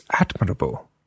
admirable